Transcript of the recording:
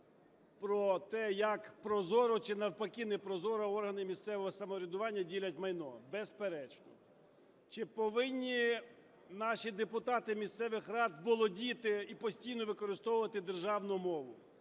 про те, як прозоро чи навпаки не прозоро органи місцевого самоврядування ділять майно? Безперечно. Чи повинні наші депутати місцевих рад володіти і постійно використовувати державну мову?